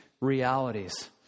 realities